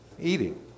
Eating